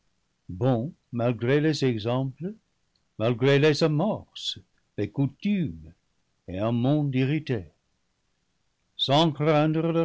bon malgré les exemples malgré livre xi les amorces les coutumes et un monde irrité sans craindre